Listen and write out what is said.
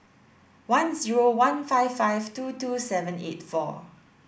one zero one five five two two seven eight four